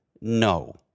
no